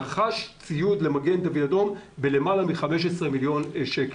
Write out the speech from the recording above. רכש ציוד למגן דוד אדום ביותר מ-15 מיליון שקל.